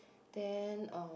then um